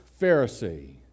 Pharisee